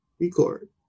Record